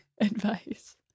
advice